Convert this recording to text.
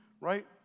right